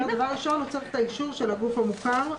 דבר ראשון הוא צריך את האישור של הגוף המוכר.